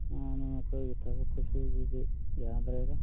ꯃꯥꯟꯅꯤ ꯃꯈꯣꯏꯒꯤ ꯊꯕꯛ ꯈꯨꯁꯨꯁꯤꯗꯤ ꯌꯥꯗ꯭ꯔꯦꯗ